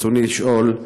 ברצוני לשאול: